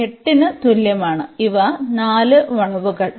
അതിനാൽ ഇവ നാല് വളവുകൾ